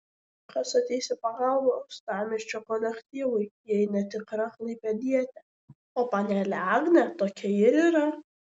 kas ateis į pagalbą uostamiesčio kolektyvui jei ne tikra klaipėdietė o panelė agnė tokia ir yra